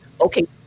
okay